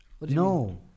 No